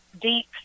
Deep